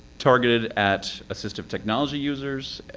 targeted at assistive technology users,